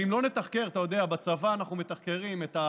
ואם לא נתחקר את זה,